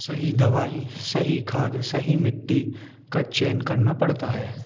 सही दवाई सही खाद सही मिट्टी का चयन करना पड़ता है